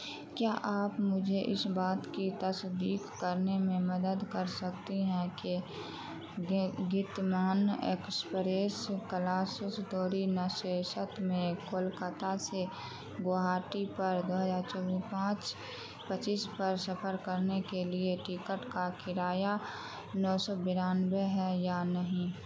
کیا آپ مجھے اس بات کی تصدیق کرنے میں مدد کر سکتے ہیں کہ گتمان ایکسپریس کلاسیس دوری نسیسک میں کولکاتہ سے گوہاٹی پر دو ہزار پانچ پچیس پر سفر کرنے کے لیے ٹکٹ کا کرایہ نو سو برانبے ہے یا نہیں